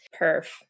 Perf